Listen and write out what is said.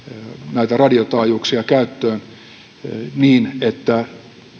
näitä radiotaajuuksia käyttöön että